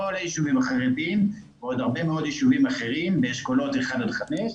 כל היישובים החרדים ועוד הרבה מאוד יישובים אחרים באשכולות 1 עד 5,